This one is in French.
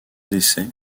décès